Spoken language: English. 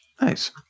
nice